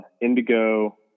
Indigo